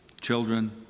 children